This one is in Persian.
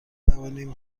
توانیم